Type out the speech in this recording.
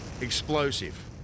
explosive